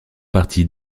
partie